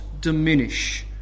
diminish